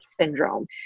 syndrome